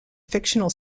fictional